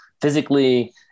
physically